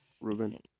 Ruben